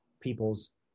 people's